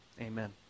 Amen